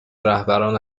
رهبران